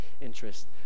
interest